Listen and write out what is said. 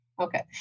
Okay